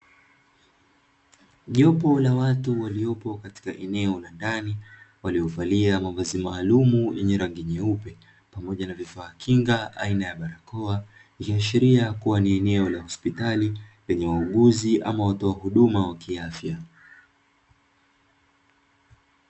Jopo la watu waliopo katika eneo la ndani waliuvalia mavazi maalumu, yenye rangi nyeupe pamoja na vifaa kinga aina ya barakoa iliyoashiria kuwa ni eneo la hospitali lenye wauguzi ama watoa huduma wa kiafya.